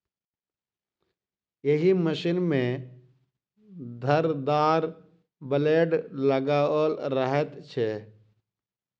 एहि मशीन मे धारदार ब्लेड लगाओल रहैत छै